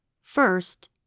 First